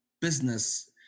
business